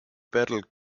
battled